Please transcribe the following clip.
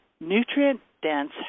nutrient-dense